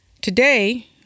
Today